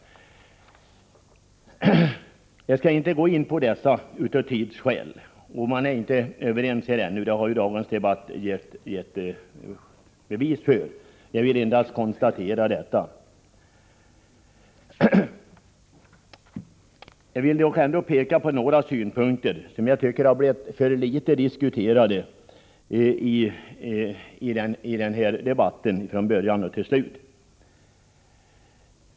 Jag skall inte gå in på dessa av tidsskäl. Man är ännu inte överens, det har getts bevis för i debatten. Jag vill endast konstatera detta. Jag vill ändå peka på några synpunkter som jag tycker har diskuterats för litet i denna debatt.